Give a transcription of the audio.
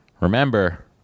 Remember